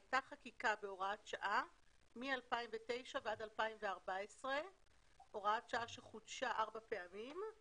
הייתה חקיקה בהוראת שעה מ-2009 ועד 2014. הוראת שעה שחודשה 4 פעמים,